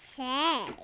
say